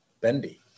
bendy